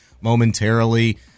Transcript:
momentarily